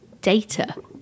data